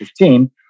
2015